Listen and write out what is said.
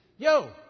Yo